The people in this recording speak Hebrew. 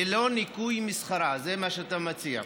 ללא ניכוי משכרה, זה מה שאתה מציע,